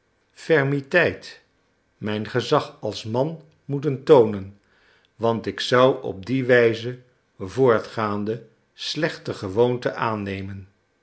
fermiteit mijn gezag als man moeten toonen want ik zou op die wijze voortgaande slechte gewoonten aannemen